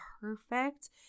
perfect